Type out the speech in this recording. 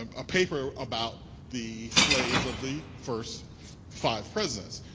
um a paper about the slaves of the first five presidents.